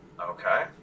Okay